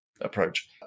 approach